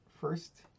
first